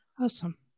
awesome